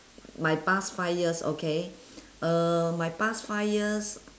my past five years okay uh my past five years